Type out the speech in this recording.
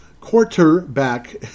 quarterback